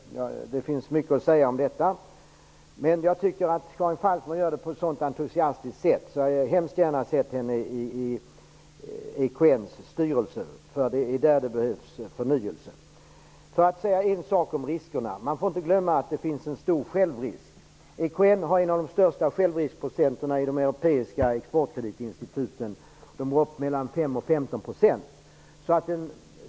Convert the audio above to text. Det finns mycket att säga om detta. Jag tycker att hon gör det på ett så entusiastiskt sätt att jag hemskt gärna hade sett henne i EKN:s styrelse. Där behövs förnyelse. Man får inte glömma att det finns en stor självrisk. EKN tillämpar ett av de högsta procenttalen för självrisk i de europeiska exportkreditinstituten, nämligen mellan 5 % och 15 %.